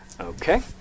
Okay